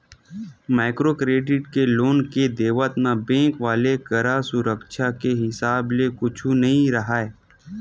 micro credit के loan के देवत म बेंक वाले करा सुरक्छा के हिसाब ले कुछु नइ राहय